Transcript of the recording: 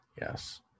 Yes